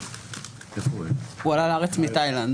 הוא עלה לארץ מתאילנד,